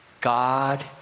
God